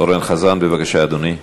אורן חזן, בבקשה, אדוני,